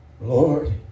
Lord